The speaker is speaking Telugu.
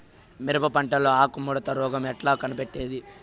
మిరప పంటలో ఆకు ముడత రోగం ఎట్లా కనిపెట్టేది?